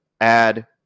add